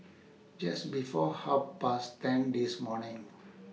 Just before Half Past ten This morning